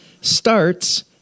starts